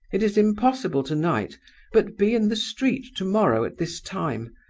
it is impossible to-night, but be in the street to-morrow at this time,